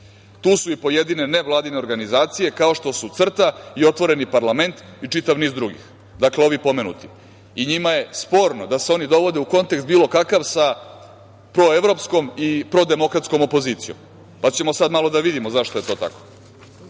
Tu su i pojedine nevladine organizacije kao što su CRTA i otvoreni parlament i čitav niz drugih". Dakle, ovi pomenuti i njima je sporno da se oni dovode u kontekst bilo kakav sa proevropskom i prodemokratskom opozicijom, pa ćemo sada malo da vidimo zašto je to